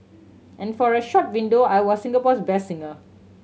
and for a short window I was Singapore's best singer